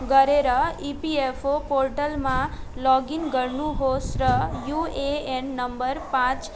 गरेर इपिएफओ पोर्टलमा लगइन गर्नुहोस् र युएएन नम्बर पाँच